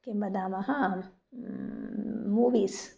किं वदामः मूवीस्